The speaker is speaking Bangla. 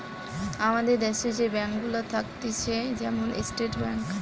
আমাদের দ্যাশে যে ব্যাঙ্ক গুলা থাকতিছে যেমন স্টেট ব্যাঙ্ক